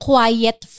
Quiet